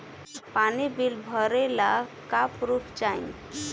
पानी बिल भरे ला का पुर्फ चाई?